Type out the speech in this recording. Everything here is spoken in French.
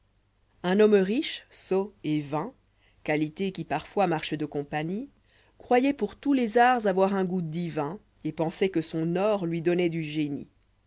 n homme riche sot et vain qualités qui parfois marchent de compaguie croyoit pour tous les arts avoir un goût divin et pensoit que son or lui donnoit du génie